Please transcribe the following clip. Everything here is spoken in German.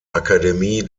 akademie